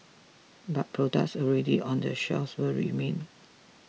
but products already on the shelves will remain